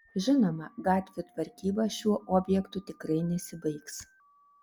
žinoma gatvių tvarkyba šiuo objektu tikrai nesibaigs